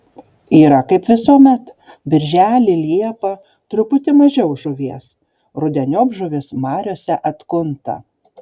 yra kaip visuomet birželį liepą truputį mažiau žuvies rudeniop žuvis mariose atkunta